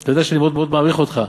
אתה יודע שאני מאוד מעריך אותך,